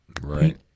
Right